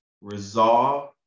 resolve